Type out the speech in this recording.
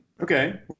okay